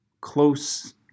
close